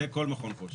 זה כל מכון כושר.